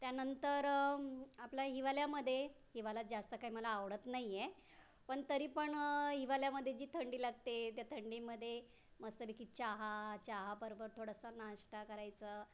त्यानंतर आपलं हिवाळ्यामध्ये हिवाळ्यात जास्त काय मला आवडत नाही आहे पण तरी पण हिवाळ्यामध्ये जी थंडी लागते त्या थंडीमध्ये मस्तपैकी चहा चहा बरोबर थोडासा नाश्ता करायचं